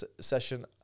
session